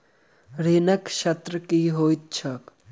ऋणक शर्त की होइत छैक?